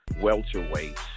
welterweight